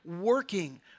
working